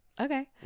okay